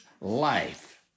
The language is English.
life